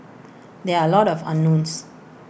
there are A lot of unknowns